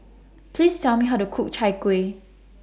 Please Tell Me How to Cook Chai Kuih